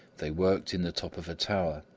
they worked in the top of a tower,